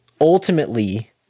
ultimately